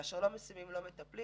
כאשר לא משימים - לא מטפלים.